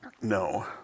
no